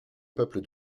peuple